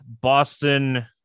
Boston